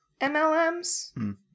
MLMs